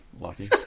Lucky